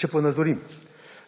Če ponazorim,